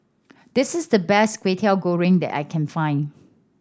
this is the best Kwetiau Goreng that I can find